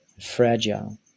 fragile